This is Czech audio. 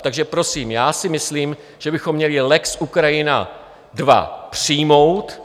Takže prosím, já si myslím, že bychom měli lex Ukrajina II přijmout.